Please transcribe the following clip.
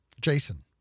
Jason